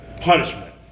punishment